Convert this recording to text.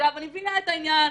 אני מבינה את העניין.